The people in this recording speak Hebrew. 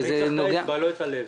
אני צריך את האצבע, לא את הלב.